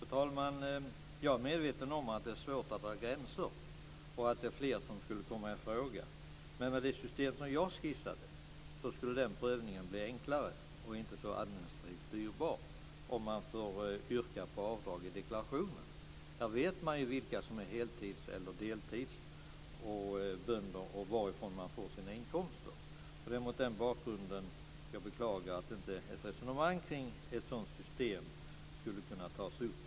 Fru talman! Jag är medveten om att det är svårt att dra gränser och att fler skulle komma i fråga. Men med det system som jag skissade om att få yrka avdrag i deklarationen skulle prövningen bli enklare och administrationen inte så dyrbar. Man vet ju vilka som är heltids respektive deltidsbönder och varifrån de får sina inkomster. Det är mot den bakgrunden som jag beklagar att inte ett resonemang kring ett sådant system kan tas upp.